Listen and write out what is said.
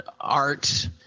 art –